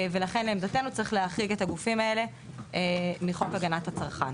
ולכן לעמדתנו צריך להרחיק את הגופים האלו מחוק הגנת הצרכן.